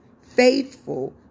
Faithful